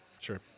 sure